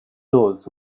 those